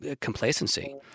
complacency